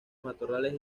matorrales